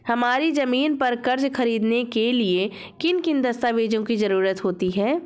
हमारी ज़मीन पर कर्ज ख़रीदने के लिए किन किन दस्तावेजों की जरूरत होती है?